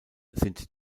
sind